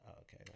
Okay